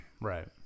right